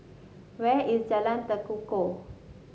where is Jalan Tekukor